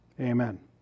Amen